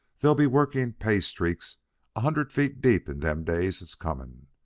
they'll be working pay-streaks a hundred feet deep in them days that's comin'.